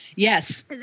Yes